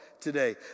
today